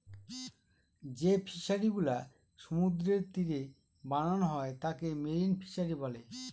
যে ফিশারিগুলা সমুদ্রের তীরে বানানো হয় তাকে মেরিন ফিশারী বলে